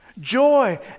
joy